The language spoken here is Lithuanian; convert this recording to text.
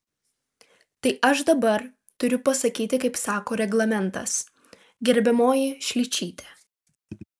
tai aš dabar turiu pasakyti kaip sako reglamentas gerbiamoji šličyte